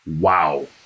Wow